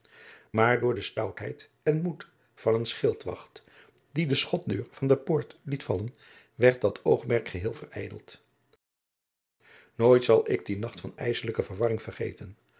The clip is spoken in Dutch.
maar door de stoutheid en moed van een schildadriaan loosjes pzn het leven van maurits lijnslager wacht die de schotdeur van de poort liet vallen werd dat oogmerk geheel verijdeld nooit zal ik dien nacht van ijsselijke verwarring vergeten